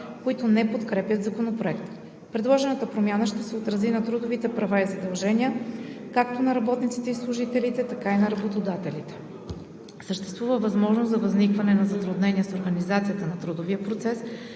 които не подкрепят Законопроекта. Предложената промяна ще се отрази на трудовите права и задължения както на работниците и служителите, така и на работодателите. Съществува възможност за възникване на затруднения с организацията на трудовия процес,